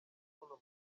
amabuno